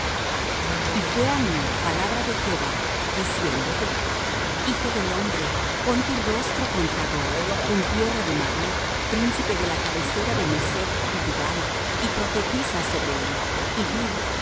y fué á mí palabra de jehová diciendo hijo del hombre pon tu rostro contra gog en tierra de magog príncipe de la cabecera de mesech y tubal y profetiza sobre él y di